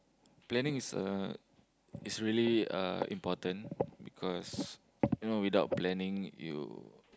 planning is uh is really uh important because you know without planning you